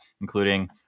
including